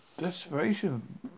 desperation